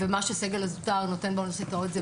ומה שהסגל הזוטר נותן באוניברסיטאות זה